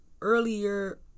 earlier